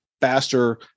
faster